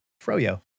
Froyo